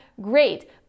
great